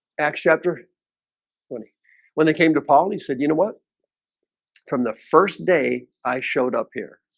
acts chapter twenty when they came to paul. he said, you know, what from the first day i showed up here